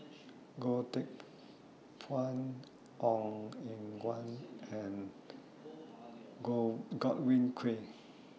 Goh Teck Phuan Ong Eng Guan and Go Godwin Koay